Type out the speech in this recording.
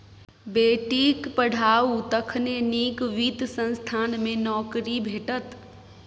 बेटीक पढ़ाउ तखने नीक वित्त संस्थान मे नौकरी भेटत